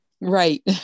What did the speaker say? Right